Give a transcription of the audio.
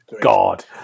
God